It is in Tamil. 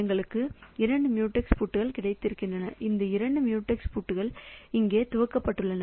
எங்களுக்கு இரண்டு மியூடெக்ஸ் பூட்டுகள் கிடைத்துள்ளன இந்த இரண்டு மியூடெக்ஸ் பூட்டுகள் இங்கே துவக்கப்பட்டுள்ளன